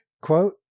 quote